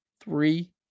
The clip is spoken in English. Three